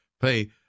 pay